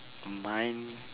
mine